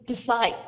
decide